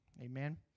Amen